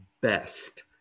best